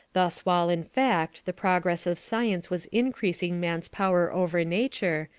thus while in fact the progress of science was increasing man's power over nature,